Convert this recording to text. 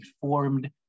formed